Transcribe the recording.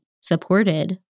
supported